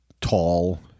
tall